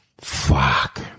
Fuck